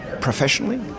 professionally